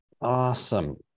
Awesome